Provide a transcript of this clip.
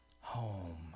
home